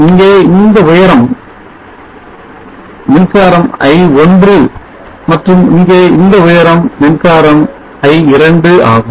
இங்கே இந்த உயரம் மின்சாரம் i1 மற்றும் இங்கே இந்த உயரம் மின்சாரம் i2 ஆகும்